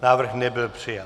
Návrh nebyl přijat.